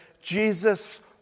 Jesus